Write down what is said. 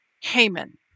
Haman